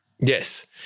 Yes